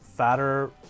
fatter